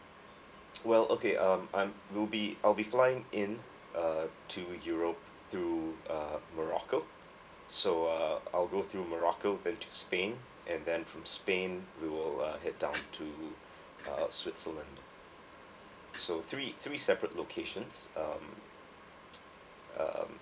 well okay uh I'm will be I'll be flying in uh to the europe through uh morocco so uh I'll go through morocco then to spain and then from spain we will uh head down to uh switzerland so three three separate locations um um